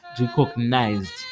recognized